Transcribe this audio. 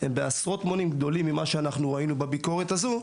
הם בעשרות מונים גדולים ממה שאנחנו ראינו בביקורת הזו.